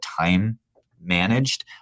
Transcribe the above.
time-managed